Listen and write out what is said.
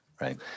right